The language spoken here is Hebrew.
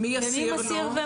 מי יסיר לו?